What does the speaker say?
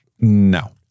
no